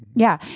yeah.